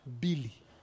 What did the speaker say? Billy